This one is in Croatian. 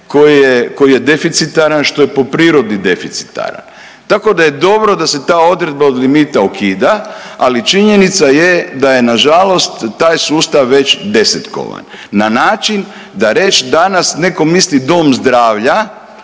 koji je deficitaran, što je po prirodi deficitaran. Tako da je dobro da se ta odredba od limita ukida, ali činjenica je da je nažalost taj sustav već desetkovan na čin da reći danas, netko misli dom zdravlja,